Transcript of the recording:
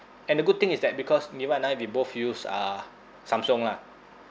and the good thing is that because nirwan and I we both use uh samsung lah